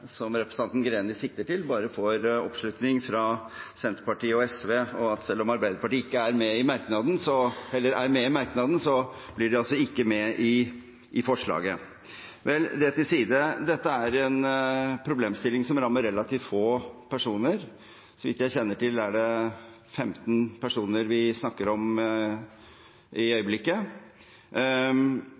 som representanten Greni sikter til, bare får oppslutning fra Senterpartiet og SV. Selv om Arbeiderpartiet er med i merknaden, er de altså ikke med på forslaget. Vel, det til side. Dette er en problemstilling som rammer relativt få personer. Så vidt jeg kjenner til, er det 15 personer vi snakker om i øyeblikket.